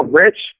rich